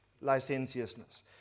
licentiousness